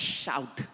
shout